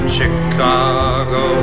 Chicago